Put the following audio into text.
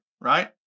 right